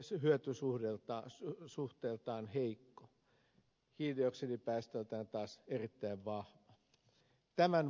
eli se on hyötysuhteeltaan hyvin heikko hiilidioksidipäästöiltään taas erittäin vahva